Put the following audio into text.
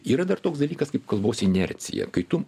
yra dar toks dalykas kaip kalbos inercija kai tu